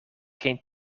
geen